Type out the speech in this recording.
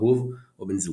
אהוב או בן זוג.